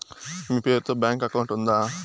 మీ పేరు తో bank account ఉందా?